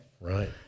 right